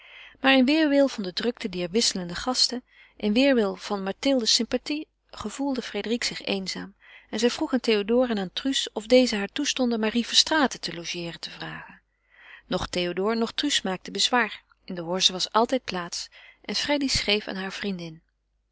maar in weêrwil van de drukte dier wisselende gasten in weêrwil van mathilde's sympathie gevoelde frédérique zich eenzaam en zij vroeg aan théodore en aan truus of deze haar toestonden marie verstraeten te logeeren te vragen noch théodore noch truus maakten bezwaar in de horze was altijd plaats en freddy schreef aan haar vriendin